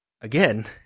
again